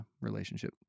relationship